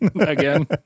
again